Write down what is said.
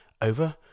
Over